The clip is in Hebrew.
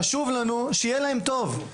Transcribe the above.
חשוב לנו שיהיה להם טוב,